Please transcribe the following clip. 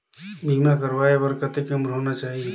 बीमा करवाय बार कतेक उम्र होना चाही?